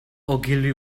ogilvy